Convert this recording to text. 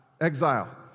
exile